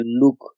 look